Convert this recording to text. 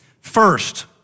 First